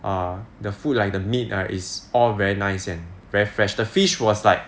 err the food like the meat ah is all very nice and very fresh the fish was like